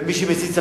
ומי שמסית,